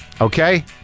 Okay